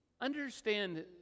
understand